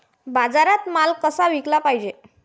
बाजारात माल कसा विकाले पायजे?